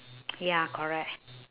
ya correct